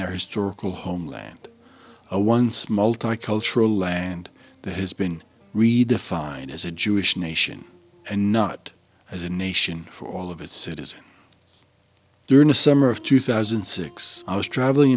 their historical homeland a once multicultural land that has been redefined as a jewish nation and not as a nation for all of its citizens during the summer of two thousand and six i was traveling